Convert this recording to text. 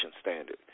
standard